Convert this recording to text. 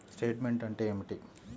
Statement అంటే ఏమిటి?